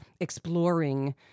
exploring